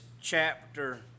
chapter